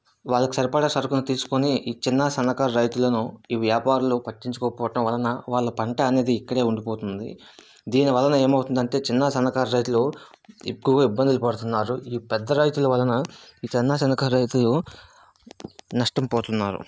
వాళ్ళకి సరిపడ సరుకుని తీసుకోని ఈ చిన్నా సన్నకారుల రైతులను ఈ వ్యాపారులు పట్టించుకోకపోవటం వలన వాళ్ళ పంట అనేది ఇక్కడే ఉండిపోతుంది దీనివలన ఏమవుతుంది అంటే చిన్నా సన్నకారు రైతులు ఎక్కువగా ఇబ్బందులు పడుతున్నారు ఈ పెద్ద రైతుల వలన ఈ చిన్నా సన్నకారు రైతులు నష్టం పోతున్నారు